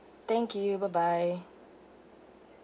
thank you bye bye